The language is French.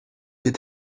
est